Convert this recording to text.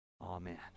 Amen